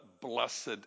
blessed